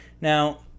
Now